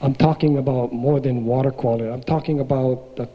i'm talking about more than water quality i'm talking about the